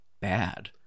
bad